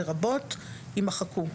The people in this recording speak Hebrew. לרבות" יימחקו.